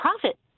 profit